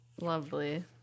Lovely